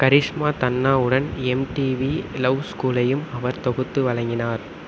கரிஷ்மா தன்னாவுடன் MTV love ஸ்கூலையும் அவர் தொகுத்து வழங்கினார்